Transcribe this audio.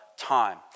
time